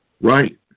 Right